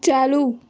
چالو